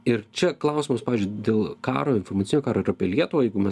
ir čia klausimas dėl karo informacinio karo ir apie lietuvą jeigu mes